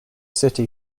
city